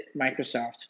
Microsoft